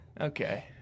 Okay